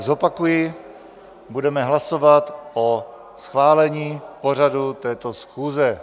Zopakuji, budeme hlasovat o schválení pořadu této schůze.